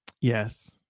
Yes